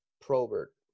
Probert